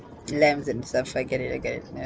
lambs and stuff I get it I get it ya